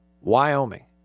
Wyoming